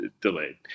delayed